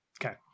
Okay